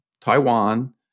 Taiwan